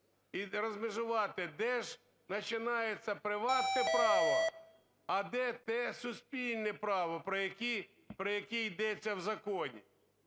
і розмежувати, де жначинается приватне право, а де те суспільне право, про яке йдеться в законі.